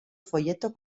folleto